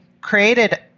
created